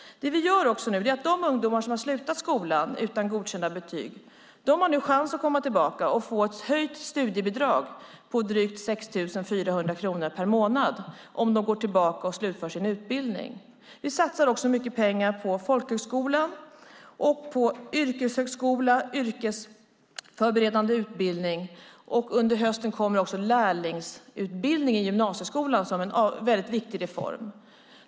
De ungdomar som har slutat skolan utan godkända betyg har nu chans att komma tillbaka och få ett höjt studiebidrag på 6 400 kronor per månad om de går tillbaka och slutför sin utbildning. Vi satsar också mycket pengar på folkhögskolan och på yrkeshögskola och yrkesförberedande utbildning. Under hösten kommer också lärlingsutbildningen i gymnasieskolan som en väldigt viktig reform.